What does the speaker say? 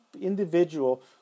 individual